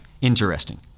Interesting